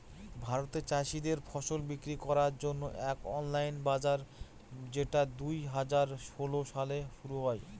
ভারতে চাষীদের ফসল বিক্রি করার জন্য এক অনলাইন বাজার যেটা দুই হাজার ষোলো সালে শুরু হয়